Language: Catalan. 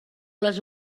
les